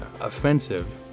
offensive